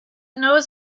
knows